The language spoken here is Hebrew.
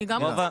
אני גם רוצה.